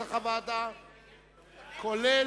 מי נגד?